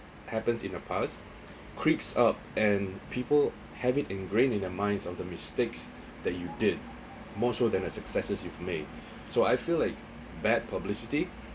happens in the past creeps up and people have it ingrained in their minds of the mistakes that you did more so than a successes you've made so I feel like bad publicity